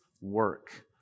work